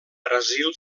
brasil